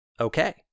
Okay